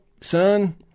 son